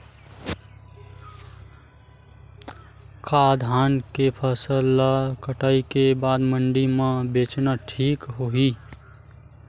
का धान के फसल ल कटाई के बाद मंडी म बेचना ठीक होही?